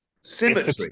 Symmetry